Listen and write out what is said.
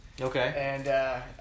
Okay